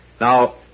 Now